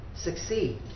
succeed